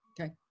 Okay